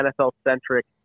NFL-centric